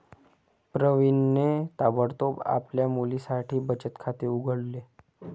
प्रवीणने ताबडतोब आपल्या मुलीसाठी बचत खाते उघडले